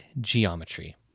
geometry